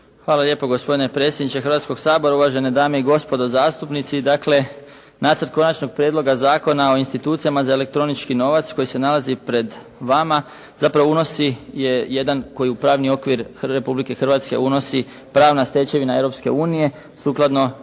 Hvala lijepo gospodine predsjedniče Hrvatskoga sabora. Uvažene dame i gospodo zastupnici. Dakle, Nacrt konačnog prijedloga Zakona o institucijama za elektronički novac koji se nalazi pred vama, zapravo unosi jedan, koji pravni okvir Republike Hrvatske unosi pravna stečevina Europske unije